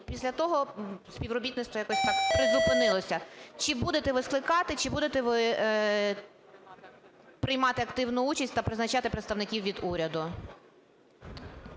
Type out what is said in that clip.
після того співробітництво якось так призупинилося. Чи будете ви скликати, чи будете ви приймати активну участь та призначати представників від уряду?